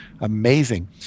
amazing